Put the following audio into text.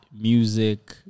music